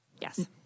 Yes